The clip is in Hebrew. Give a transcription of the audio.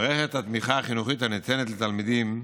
מערכת התמיכה החינוכית הניתנת לתלמידים